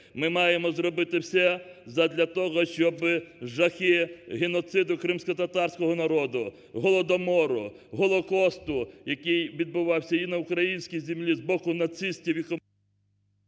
Ми маємо зробити все задля того, щоб жахи геноциду кримськотатарського народу, Голодомору, Голокосту, який відбувався і на українській землі з боку нацистів, і…